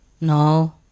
No